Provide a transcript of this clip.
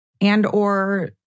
and/or